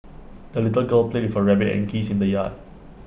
the little girl played with her rabbit and geese in the yard